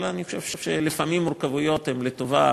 אבל אני חושב שלפעמים מורכבויות הן לטובה,